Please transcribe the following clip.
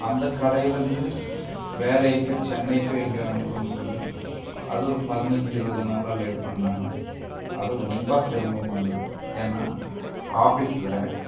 அந்த கடையிலருந்து வேறு எங்கேயோ சென்னைக்கோ எங்கேயோ அனுப்புகிறோன் சொல்லி அது ஒரு பதினஞ்சு இருபது நாளெலாம் லேட் பண்ணிணாங்க அது ரொம்ப சிரமமாக இருந்தது ஏன்னால் ஆபிஸ்சில்